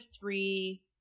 three